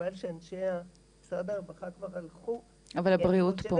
חבל שאנשי משרד הרווחה כבר הלכו --- אבל אנשי משרד הבריאות פה.